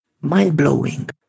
mind-blowing